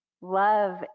Love